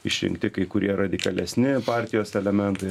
išrinkti kai kurie radikalesni partijos elementai